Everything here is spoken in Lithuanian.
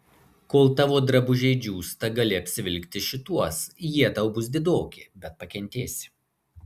kol tavo drabužiai džiūsta gali apsivilkti šituos jie tau bus didoki bet pakentėsi